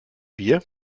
bier